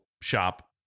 shop